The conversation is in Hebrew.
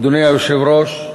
אדוני היושב-ראש,